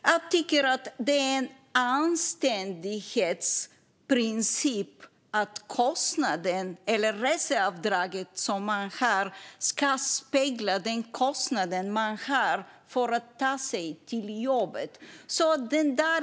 Jag tycker att det är en anständighetsprincip att det reseavdrag man har ska spegla den kostnad man har för att ta sig till jobbet.